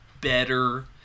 better